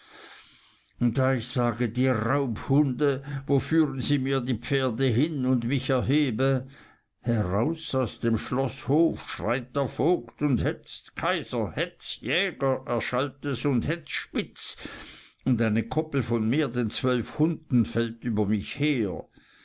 und da ich sage die raubhunde wo führen sie mir die pferde hin und mich erhebe heraus aus dem schloßhof schreit der vogt und hetz kaiser hetz jäger erschallt es und hetz spitz und eine koppel von mehr denn zwölf hunden fällt über mich her